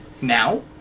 now